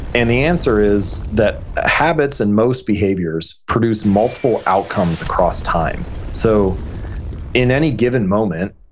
and the answer is that habits and most behaviors produce multiple outcomes across time. so in any given moment,